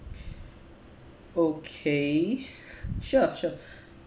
okay sure sure